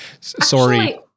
Sorry